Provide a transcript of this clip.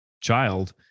child